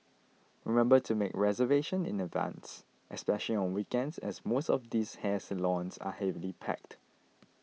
remember to make reservation in advance especially on weekends as most of these hair salons are heavily packed